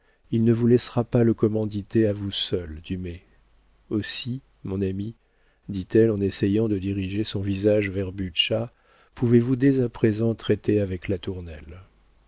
il ne vous laissera pas le commanditer à vous seul dumay aussi mon ami dit-elle en essayant de diriger son visage vers butscha pouvez-vous dès à présent traiter avec latournelle